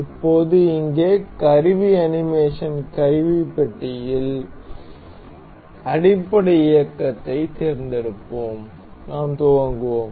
இப்போது இங்கே கருவி அனிமேஷன் கருவிப்பட்டியில் அடிப்படை இயக்கத்தைத் தேர்ந்தெடுப்போம் நாம் துவங்குவோம்